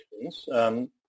questions